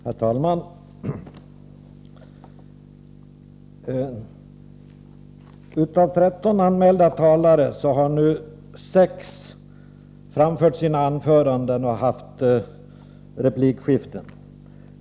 Herr talman! Av 13 anmälda talare har nu 6 framfört sina anföranden och haft replikskiften.